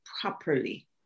properly